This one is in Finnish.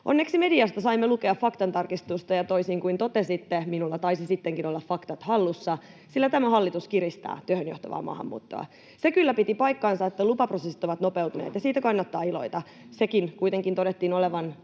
Onneksi mediasta saimme lukea faktantarkistusta, ja toisin kuin totesitte, minulla taisivat sittenkin olla faktat hallussa, sillä tämä hallitus kiristää työhön johtavaa maahanmuuttoa. Se kyllä piti paikkansa, että lupaprosessit ovat nopeutuneet, ja siitä kannattaa iloita — senkin kuitenkin todettiin olevan